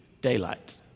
daylight